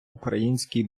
український